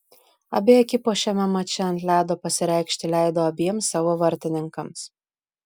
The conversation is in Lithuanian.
abi ekipos šiame mače ant ledo pasireikšti leido abiem savo vartininkams